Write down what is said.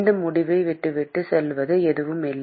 இந்த முடிவில் விட்டுச் செல்வது எதுவும் இல்லை